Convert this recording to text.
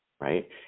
right